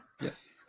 Yes